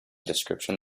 description